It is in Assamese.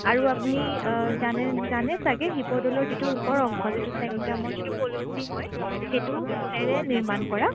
আৰু আপুনি জানে জানে ছাগে শিৱদ'লৰ যিটো ওপৰ অংশ যিটো চেংতামৰ যিটো কলচি হয় সেইটো সোণেৰে নিৰ্মাণ কৰা